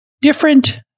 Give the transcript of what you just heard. different